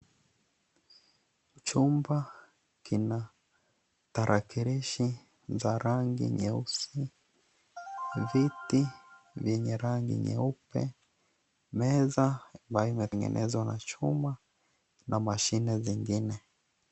Chumba, kina tarakilishi za rangi nyeusi, viti vyenye rangi nyeupe, meza ambayo imetengenezwa na chuma na mashine zingine.